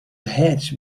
hatch